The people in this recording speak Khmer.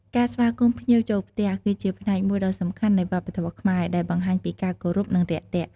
ការស្វាគមន៍ភ្ញៀវចូលផ្ទះ គឺជាផ្នែកមួយដ៏សំខាន់នៃវប្បធម៌ខ្មែរ ដែលបង្ហាញពីការគោរព និងរាក់ទាក់។